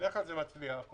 אנחנו